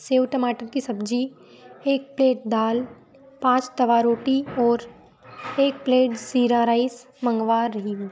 save टमाटर की सब्ज़ी एक प्लेट दाल पाँच तवा रोटी और एक प्लेट जीरा राइस मंगवा रही हूँ